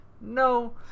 No